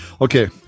Okay